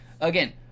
again